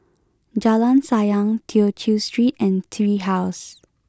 Jalan Sayang Tew Chew Street and Tree House